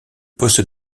poste